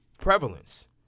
prevalence